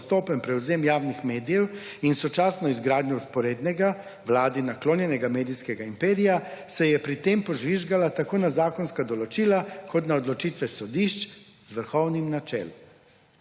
postopen prevzem javnih medijev in sočasno izgradnjo vzporednega, Vladi naklonjenega medijskega imperija, se je pri tem požvižgala tako na zakonska določila, kot na odločitve sodišče z Vrhovnim na čelu.